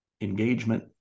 engagement